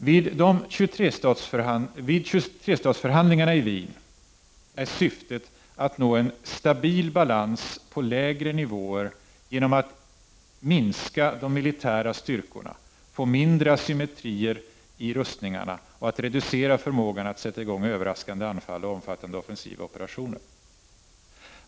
Vid 23-statsförhandlingarna i Wien, CFE, är syftet att man skall nå en stabil balans på lägre nivåer genom att minska de militära styrkorna, få mindre asymmetrier i rustningarna och att reducera förmågan att sätta i gång överraskande anfall och omfattande offensiva operationer.